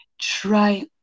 try